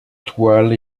toile